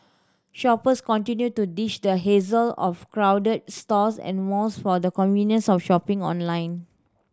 shoppers continue to ditch the hassle of crowded stores and malls for the convenience of shopping online